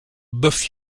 biff